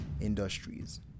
industries